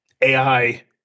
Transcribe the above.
AI